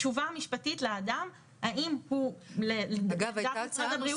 תשובה משפטית לאדם האם הוא לדעת משרד הבריאות,